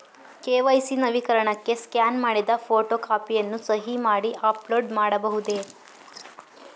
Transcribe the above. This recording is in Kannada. ಕೆ.ವೈ.ಸಿ ನವೀಕರಣಕ್ಕೆ ಸ್ಕ್ಯಾನ್ ಮಾಡಿದ ಫೋಟೋ ಕಾಪಿಯನ್ನು ಸಹಿ ಮಾಡಿ ಅಪ್ಲೋಡ್ ಮಾಡಬಹುದೇ?